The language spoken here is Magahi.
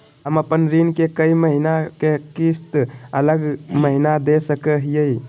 हम अपन ऋण के ई महीना के किस्त अगला महीना दे सकी हियई?